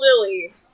Lily